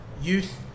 Youth